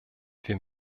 wir